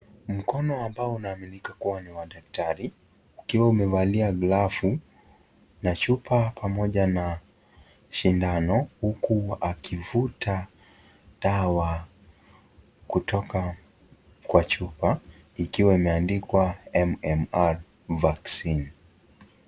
Mkono ambao inaaminika kuwa ni wa daktari, ukiwa imevalia glavu na chupa moja na sindano akivuta dawa kutoka kwa chupa ikiwa imeandikwa MMR vaccine .